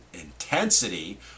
intensity